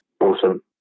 Awesome